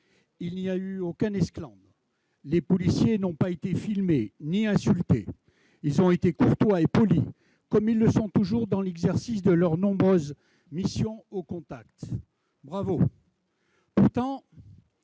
il n'y eut aucune esclandre et les policiers n'ont pas été filmés ni insultés ; ceux-ci ont été courtois et polis, comme ils le sont toujours dans l'exercice de leurs nombreuses missions au contact. Bravo ! Pourtant,